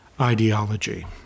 ideology